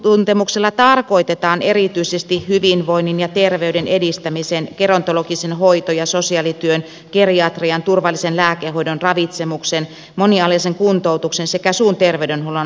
asiantuntemuksella tarkoitetaan erityisesti hyvinvoinnin ja terveyden edistämisen gerontologisen hoito ja sosiaalityön geriatrian turvallisen lääkehoidon ravitsemuksen monialaisen kuntoutuksen sekä suun terveydenhuollon asiantuntemusta